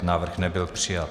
Návrh nebyl přijat.